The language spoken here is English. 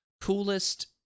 coolest